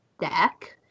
deck